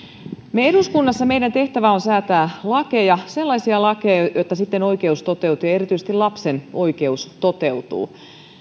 eduskunnassa meidän tehtävämme on säätää lakeja sellaisia lakeja että sitten oikeus toteutuu ja erityisesti lapsen oikeus toteutuu